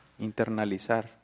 internalizar